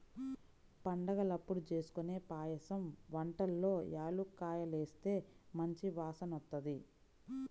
పండగలప్పుడు జేస్కొనే పాయసం వంటల్లో యాలుక్కాయాలేస్తే మంచి వాసనొత్తది